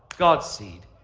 god's seed.